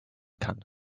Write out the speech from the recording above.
kann